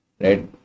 right